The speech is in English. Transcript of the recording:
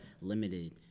Limited